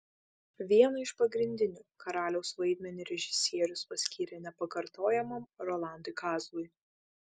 vieną iš pagrindinių karaliaus vaidmenį režisierius paskyrė nepakartojamam rolandui kazlui